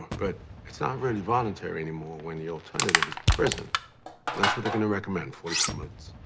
but it's not really voluntary anymore when the alternative is prison. and that's what they're gonna recommend, forty two months.